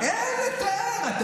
אין לתאר.